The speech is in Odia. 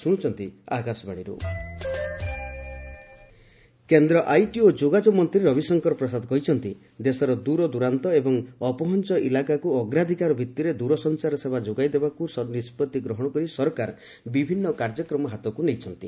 ମୋବାଇଲ୍ ସଂଯୋଗ ରବିଶଙ୍କର ପ୍ରସାଦ କେନ୍ଦ୍ର ଆଇଟି ଓ ଯୋଗାଯୋଗ ମନ୍ତ୍ରୀ ରବିଶଙ୍କର ପ୍ରସାଦ କହିଛନ୍ତି ଦେଶର ଦୂରଦୂରାନ୍ତ ଏବଂ ଅପହଞ୍ଚ ଇଲାକାକୁ ଅଗ୍ରାଧିକାର ଭିତ୍ତିରେ ଦୂରସଞ୍ଚାର ସେବା ଯୋଗାଇଦେବାକୁ ନିଷ୍ପଭି ଗ୍ରହଣ କରି ସରକାର ବିଭିନ୍ନ କାର୍ଯ୍ୟକ୍ମ ହାତକୁ ନେଇଛନ୍ତି